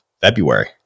February